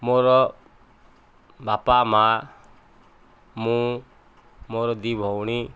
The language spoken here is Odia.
ମୋର ବାପା ମା' ମୁଁ ମୋର ଦୁଇ ଭଉଣୀ